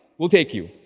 we'll take you.